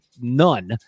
none